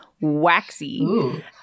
waxy